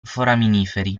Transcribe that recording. foraminiferi